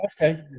okay